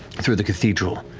through the cathedral,